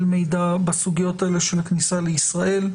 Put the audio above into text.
מידע בסוגיות האלה של הכניסה לישראל;